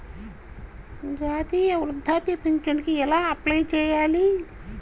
జాతీయ వృద్ధాప్య పింఛనుకి ఎలా అప్లై చేయాలి?